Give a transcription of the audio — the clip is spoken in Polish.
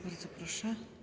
Bardzo proszę.